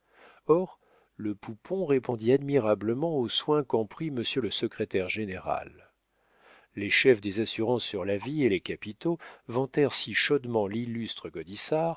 or le poupon répondit admirablement aux soins qu'en prit monsieur le secrétaire général les chefs des assurances sur la vie et les capitaux vantèrent si chaudement l'illustre